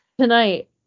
Tonight